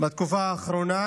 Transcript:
בתקופה האחרונה,